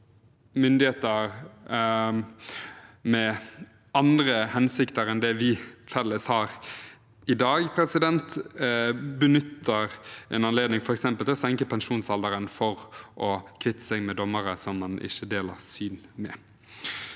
myndigheter med andre hensikter enn det vi felles har i dag, benytter en anledning til f.eks. å senke pensjonsalderen for å kvitte seg med dommere som man ikke deler syn med.